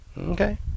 Okay